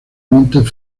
montes